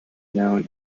known